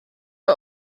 are